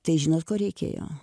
tai žinot ko reikėjo